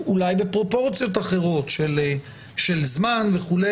אולי בפרופורציות אחרות של זמן וכו',